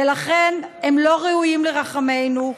ולכן הם לא ראויים לרחמינו.